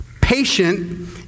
Patient